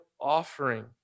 offering